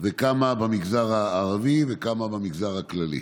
כמה במגזר הערבי וכמה במגזר הכללי?